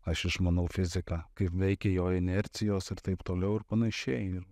aš išmanau fiziką kaip veikia jo inercijos ir taip toliau ir panašiai ir